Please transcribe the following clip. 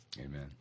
Amen